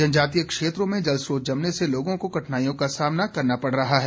जनजातीय क्षेत्रों में जलस्तोत्र जमने से लोगों को कठिनाइयों का सामना करना पड़ रहा है